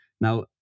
Now